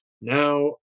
Now